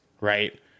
right